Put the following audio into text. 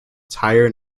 tyre